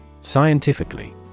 Scientifically